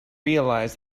realize